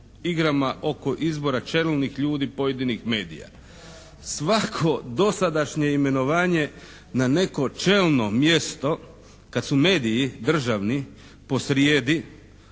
igrama oko izbora čelnih ljudi pojedinih medija. Svako dosadašnje imenovanje na neko čelno mjesto kad su mediji državni posrijedi